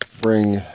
bring